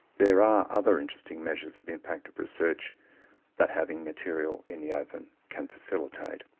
there are other interesting measures of impact of research that having material in the open can facilitate.